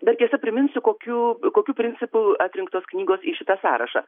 bet tiesiog priminsiu kokių kokiu principu atrinktos knygos į šitą sąrašą